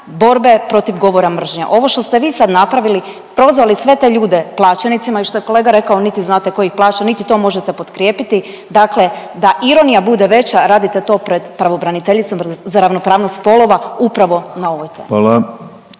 borbe protiv govora mržnje. Ovo što ste vi sad napravili, prozvali sve te ljude plaćenicima i što je kolega rekao niti znate tko ih plaća, niti to možete potkrijepiti, dakle da ironija bude veća radite to pred pravobraniteljicom za ravnopravnost spolova upravo na ovoj temi.